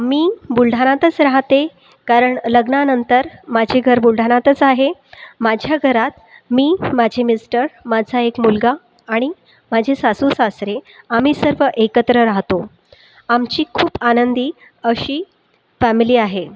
मी बुलढाणातच राहते कारण लग्नानंतर माझे घर बुलढाणातच आहे माझ्या घरात मी माझे मिस्टर माझा एक मुलगा आणि माझे सासू सासरे आम्ही सर्व एकत्र राहतो आमची खूप आनंदी अशी फॅमिली आहे